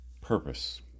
Purpose